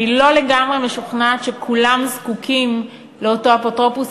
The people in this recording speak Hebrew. אני לא לגמרי משוכנעת שכולם זקוקים לאותו אפוטרופוס,